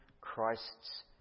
Christ's